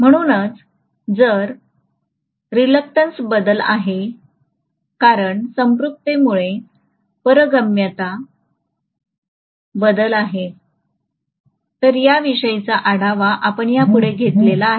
म्हणूनच जर रिलक्टंस बदलत आहे कारण संपृक्ततेमुळे पारगम्यता बदलत आहे तर याविषयीचा आढावा आपण यापुढे घेतलेला आहे